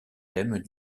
thème